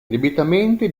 indebitamente